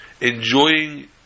enjoying